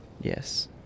Yes